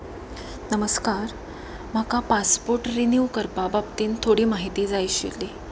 नमस्कार म्हाका passport renew करपा बाबतींत थोडी म्हायती जाय आशिल्ली